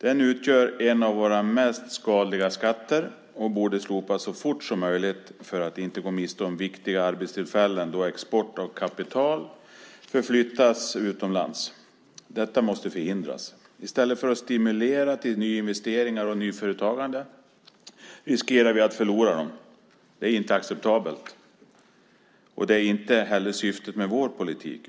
Den utgör en av våra mest skadliga skatter och borde slopas så fort som möjligt för att man inte ska gå miste om viktiga arbetstillfällen då kapital förflyttas utomlands. Detta måste förhindras. I stället för att stimulera till nyinvesteringar och nyföretagande riskerar vi att förlora dem. Detta är inte acceptabelt, och det är inte heller syftet med vår politik.